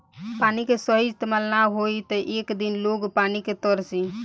पानी के सही इस्तमाल ना होई त एक दिन लोग पानी के तरसी